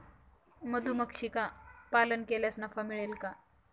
मधुमक्षिका पालन केल्यास नफा मिळेल का?